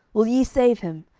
will ye save him?